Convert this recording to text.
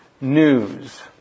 news